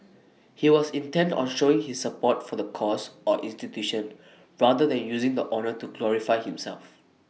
he was intent on showing his support for the cause or institution rather than using the honour to glorify himself